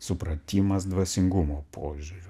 supratimas dvasingumo požiūriu